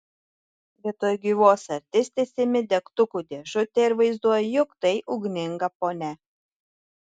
vietoj gyvos artistės imi degtukų dėžutę ir vaizduoji jog tai ugninga ponia